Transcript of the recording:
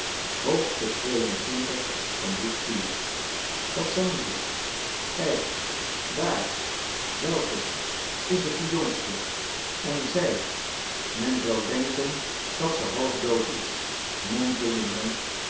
schikken xxii dat zijn ze kijk daar welke is het de jongste en zij men zou denken dat ze half dood is mompelde men